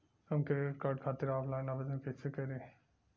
हम credit card खातिर offline आवेदन कइसे करि?